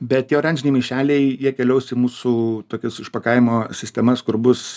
bet tie oranžiniai maišeliai jie keliaus į mūsų tokias išpakavimo sistemas kur bus